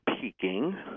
peaking